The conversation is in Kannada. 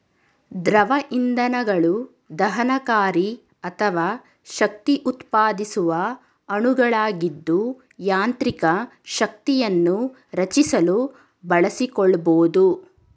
ದ್ರವ ಇಂಧನಗಳು ದಹನಕಾರಿ ಅಥವಾ ಶಕ್ತಿಉತ್ಪಾದಿಸುವ ಅಣುಗಳಾಗಿದ್ದು ಯಾಂತ್ರಿಕ ಶಕ್ತಿಯನ್ನು ರಚಿಸಲು ಬಳಸಿಕೊಳ್ಬೋದು